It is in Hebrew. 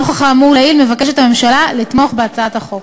נוכח האמור לעיל, מבקשת הממשלה לתמוך בהצעת החוק.